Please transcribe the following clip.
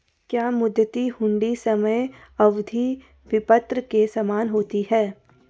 क्या मुद्दती हुंडी समय अवधि विपत्र के समान होती है?